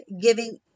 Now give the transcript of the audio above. giving